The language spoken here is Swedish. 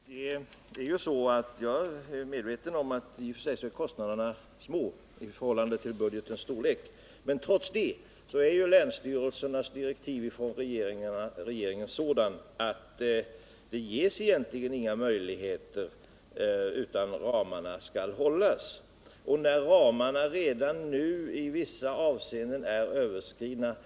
När ramarna redan nu i vissa avseenden är överskridna finns ju inte de 10 000 kronorna heller, och det finns inga möjligheter till omprioriteringar. Det är av det skälet som länsstyrelsen gör denna framställning. Jag vill framhålla att länsstyrelsen har planerat och diskuterat problematiken och därefter konstaterat att man inte klarar detta utan att överskrida tillgängliga resurser eller utan att tillföras nya medel. Det är det som är problemet, och det är det vi vill ha besked om.